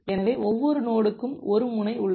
எனவே ஒவ்வொரு நோடுக்கும் ஒரு முனை உள்ளது